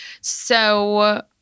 So-